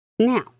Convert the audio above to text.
Now